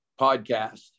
podcast